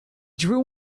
drew